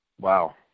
Wow